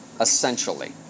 essentially